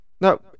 no